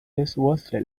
newsworthy